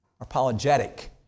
apologetic